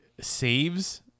saves